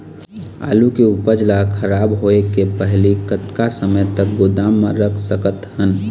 आलू के उपज ला खराब होय के पहली कतका समय तक गोदाम म रख सकत हन?